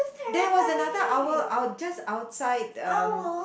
there was another owl out just outside um